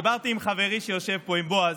דיברתי עם חברי שיושב פה, עם בועז.